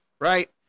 right